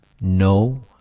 No